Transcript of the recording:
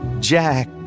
Jack